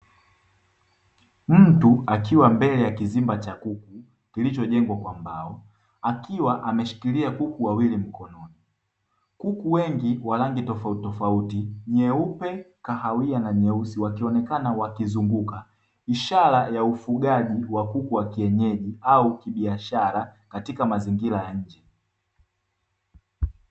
Mtu akiwa mbele ya kizimba cha kuku kilichojengwa kwa mbao, akiwa ameshikilia kuku wawili mkononi, kuku wengi wa rangi tofauti tofauti nyeupe, kahawia na nyeusi wakionekana wakizunguka, ishara ya ufugaji wa kuku wa kienyeji au kibiashara katika mazingira ya nje.